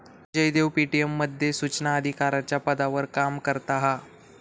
Jaydev Paytm मध्ये सुचना अधिकाराच्या पदावर काम करता हा